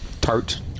tart